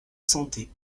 santé